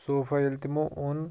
sofa ییٚلہِ تِمو اوٚن